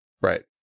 Right